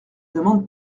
demande